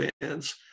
fans